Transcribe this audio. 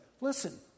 listen